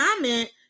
comment